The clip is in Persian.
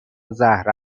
زهره